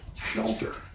shelter